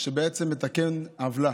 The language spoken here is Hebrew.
שבעצם מתקן עוולה.